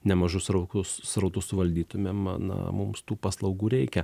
nemažus srautus srautus valdytumėm na mums tų paslaugų reikia